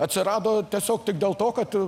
atsirado tiesiog tik dėl to kad